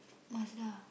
Mazda